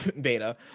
beta